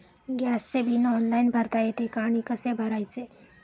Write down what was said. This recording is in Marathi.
गॅसचे बिल ऑनलाइन भरता येते का आणि कसे भरायचे?